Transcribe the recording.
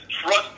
trust